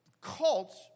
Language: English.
cults